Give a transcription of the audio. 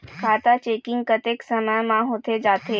खाता चेकिंग कतेक समय म होथे जाथे?